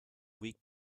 week